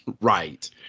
Right